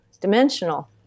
dimensional